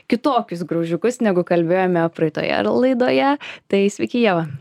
kitokius graužikus negu kalbėjome praeitoje laidoje tai sveiki ieva